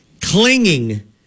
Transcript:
clinging